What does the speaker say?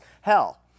hell